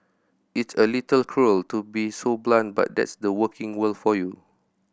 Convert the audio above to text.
it's a little cruel to be so blunt but that's the working world for you